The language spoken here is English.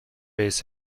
his